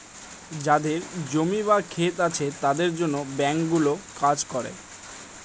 যাদের জমি বা ক্ষেত আছে তাদের জন্য ব্যাঙ্কগুলো কাজ করে